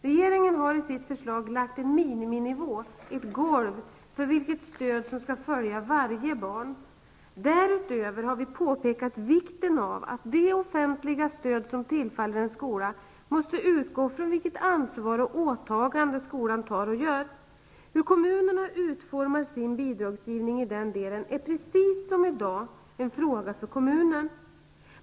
Regeringen har i sitt förslag lagt in en miniminivå, ett golv, för vilket stöd som skall följa varje barn. Därutöver har vi påpekat vikten av att det offentliga stöd som tillfaller en skola utgår från vilket ansvar och åtagande som skolan tar och gör. Hur kommunerna utformar sin bidragsgivning i den delen är precis som i dag en fråga för kommunen.